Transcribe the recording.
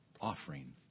offering